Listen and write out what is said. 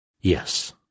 Yes